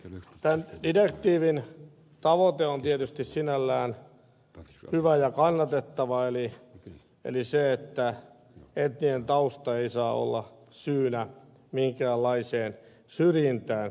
tämän direktiivin tavoite on tietysti sinällään hyvä ja kannatettava eli se että etninen tausta ei saa olla syynä minkäänlaiseen syrjintään